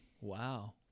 wow